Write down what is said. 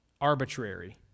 arbitrary